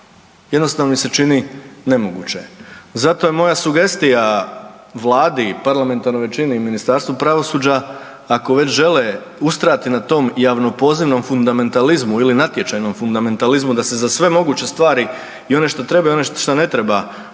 Jednostavno mi se čini nemoguće. Zato je moja sugestija Vladi i parlamentarnoj većini i Ministarstvu pravosuđa ako već žele ustrajati na tom javno pozivnom fundamentalizmu ili natječajnom fundamentalizmu da se za sve moguće stvari i one što trebaju i one što ne treba